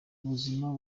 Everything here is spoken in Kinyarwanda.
ubuzima